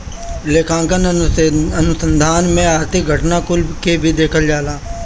लेखांकन अनुसंधान में आर्थिक घटना कुल के भी देखल जाला